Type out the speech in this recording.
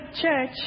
church